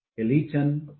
Eliten